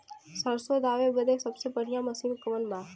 सरसों दावे बदे सबसे बढ़ियां मसिन कवन बा?